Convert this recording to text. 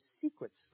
secrets